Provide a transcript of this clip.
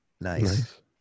nice